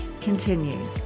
continue